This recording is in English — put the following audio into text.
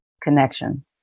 connection